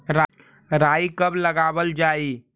राई कब लगावल जाई?